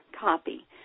copy